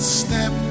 step